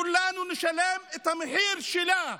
כולנו נשלם את המחיר שלה.